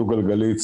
דו גלגלי,